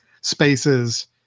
spaces